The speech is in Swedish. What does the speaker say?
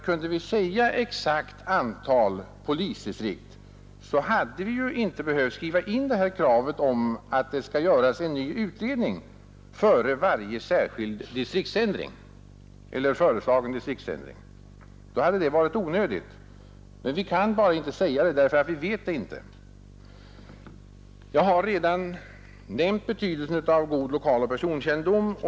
Kunde vi säga exakt antal polisdistrikt, herr Westberg i Ljusdal, hade vi inte behövt skriva in kravet på att det skall göras en ny utredning före varje föreslagen distriktsändring. Men vi kan inte säga detta, för vi vet det inte. Jag har redan nämnt betydelsen av god lokaloch personkännedom.